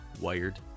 wired